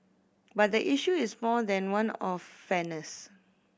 but the issue is more than one of fairness